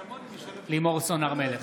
בעד לימור סון הר מלך,